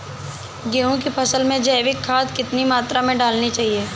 गेहूँ की फसल में जैविक खाद कितनी मात्रा में डाली जाती है?